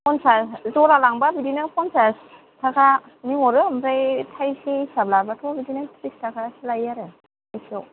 फनसास जरा लांबा बिदिनो फन्सास थाखानि हरो ओमफ्राय थायसे हिसाब लाबाथ' बिदिनो थ्रिस थाखासो लायो आरो थायसेआव